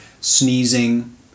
sneezing